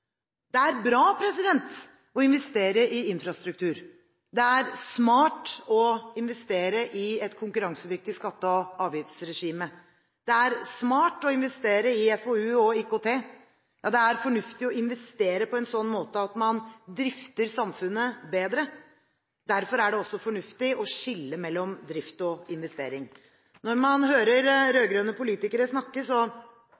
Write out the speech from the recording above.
Det er bra å investere i infrastruktur. Det er smart å investere i et konkurransedyktig skatte- og avgiftsregime. Det er smart å investere i FoU og IKT. Ja, det er fornuftig å investere på en sånn måte at man drifter samfunnet bedre. Derfor er det også fornuftig å skille mellom drift og investering. Når man hører